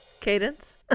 Cadence